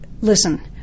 Listen